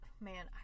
Man